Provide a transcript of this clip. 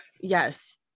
yes